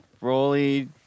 rolly